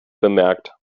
bemerkt